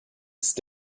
ist